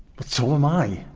but so am i.